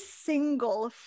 single